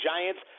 Giants